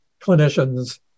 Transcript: clinicians